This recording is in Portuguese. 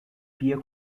pia